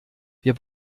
wir